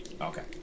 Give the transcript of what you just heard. Okay